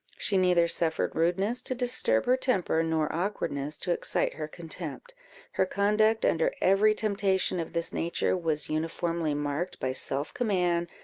she neither suffered rudeness to disturb her temper, nor awkwardness to excite her contempt her conduct, under every temptation of this nature, was uniformly marked by self-command,